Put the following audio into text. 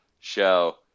Show